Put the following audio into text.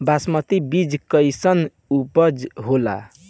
बासमती बीज कईसन उपज होला?